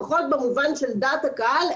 לפחות במובן של דעת הקהל,